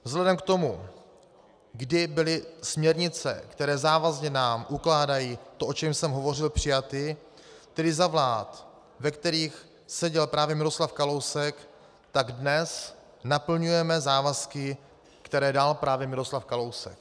Vzhledem k tomu, kdy byly směrnice, které nám závazně ukládají to, o čem jsem hovořil, přijaty, tedy za vlád, v kterých seděl právě Miroslav Kalousek, tak dnes naplňujeme závazky, které dal právě Miroslav Kalousek.